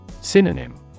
Synonym